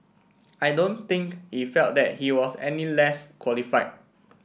I don't think he felt that he was any less qualified